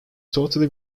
totally